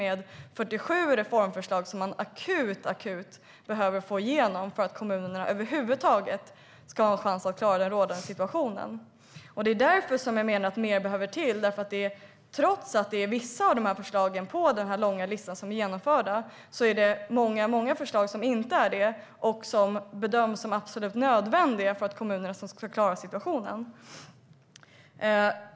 Det gäller 47 reformförslag man akut behöver få igenom för att kommunerna över huvud taget ska ha en chans att klara den rådande situationen. Det är därför jag menar att mer behöver till, för trots att vissa av förslagen på den långa listan är genomförda är det många förslag som inte är det och som bedöms som absolut nödvändiga för att kommunerna ska klara situationen.